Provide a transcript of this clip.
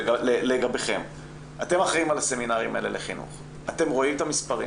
אתם אחראים על הסמינרים לחינוך; אתם רואים את המספרים,